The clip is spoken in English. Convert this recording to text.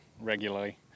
regularly